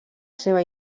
seva